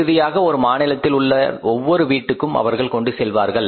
இறுதியாக ஒரு மாநிலத்தில் உள்ள ஒவ்வொரு வீட்டுக்கும் அவர்கள் கொண்டு செல்வார்கள்